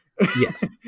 Yes